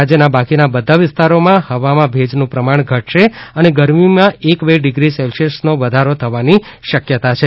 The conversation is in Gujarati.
રાજ્યના બાકીના બધા વિસ્તારોમાં હવામાં ભેજનું પ્રમાણ ઘટશે અને ગરમીમાં એક બે ડીગ્રી સેલ્શીયસનો વધારો થવાની શક્યતા પણ છે